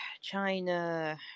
China